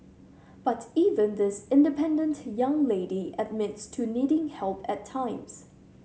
but even this independent young lady admits to needing help at times